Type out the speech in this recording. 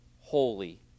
holy